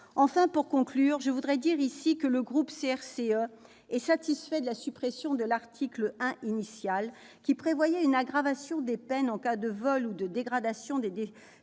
? Pour conclure, je voudrais dire que le groupe CRCE est satisfait de la suppression de l'article 1 initial, qui prévoyait une aggravation des peines en cas de vol ou de dégradation des